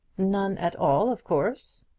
none at all, of course.